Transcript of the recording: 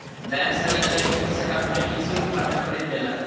bank सॅ ऋण लय के कृषक आधुनिक कृषि उपकरण खरीद लेलक